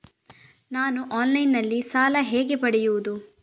ನಾನು ಆನ್ಲೈನ್ನಲ್ಲಿ ಸಾಲ ಹೇಗೆ ಪಡೆಯುವುದು?